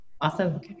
Awesome